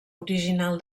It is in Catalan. original